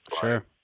Sure